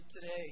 today